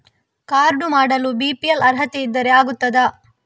Card ಮಾಡಲು BPL ಅರ್ಹತೆ ಇದ್ದರೆ ಆಗುತ್ತದ?